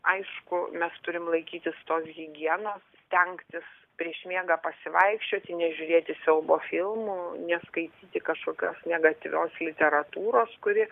aišku mes turim laikytis tos higienos stengtis prieš miegą pasivaikščioti nežiūrėti siaubo filmų neskaityti kažkokios negatyvios literatūros kuri